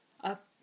up